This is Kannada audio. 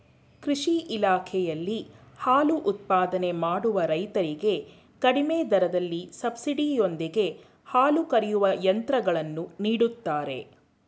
ಕೃಷಿ ಇಲಾಖೆಯಲ್ಲಿ ಹಾಲು ಉತ್ಪಾದನೆ ಮಾಡುವ ರೈತರಿಗೆ ಕಡಿಮೆ ದರದಲ್ಲಿ ಸಬ್ಸಿಡಿ ಯೊಂದಿಗೆ ಹಾಲು ಕರೆಯುವ ಯಂತ್ರಗಳನ್ನು ನೀಡುತ್ತಾರೆ